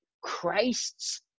christ's